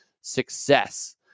success